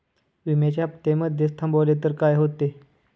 विम्याचे हफ्ते मधेच थांबवले तर काय होते?